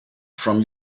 from